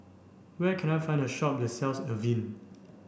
where can I find a shop that sells Avene